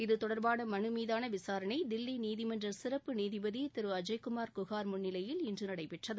இத்தொடர்பான மனு மீதான விசாரணை தில்லி நீதிமன்ற சிறப்பு நீதிபதி திரு அஜய்குமார் குஹார் முன்னிலையில் இன்று நடைபெற்றது